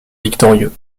victorieux